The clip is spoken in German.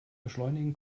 beschleunigen